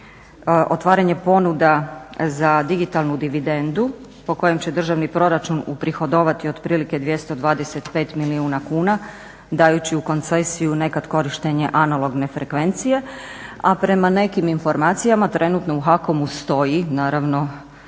otvaranje ponuda za digitalnu dividendu po kojem će državni proračun uprihodovati otprilike 225 milijuna kuna dajući u koncesiju nekad korištenje analogne frekvencije, a prema nekim informacija trenutno u HAKOM-u stoji, naravno